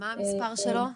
מה המספר שלו?